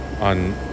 on